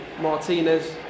Martinez